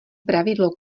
pravidlo